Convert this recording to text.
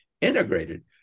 integrated